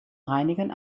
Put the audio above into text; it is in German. reinigen